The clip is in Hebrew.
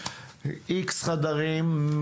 איקס חדרים,